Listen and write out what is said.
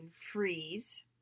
freeze